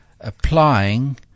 applying